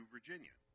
Virginia